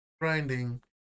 grinding